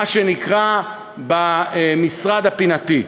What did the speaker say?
מה שנקרא במשרד הפינתי.